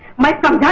my son.